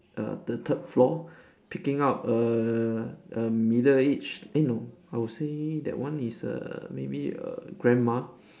the the third floor picking up a a middle-aged eh no I'll say that one is err maybe a grandma